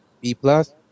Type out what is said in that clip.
B-plus